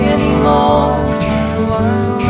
anymore